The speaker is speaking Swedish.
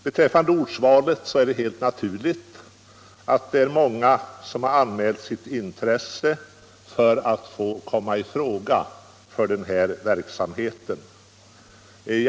Beträffande ortsvalet är det helt naturligt att det är många som har anmält sitt intresse för att komma i fråga för denna verksamhet.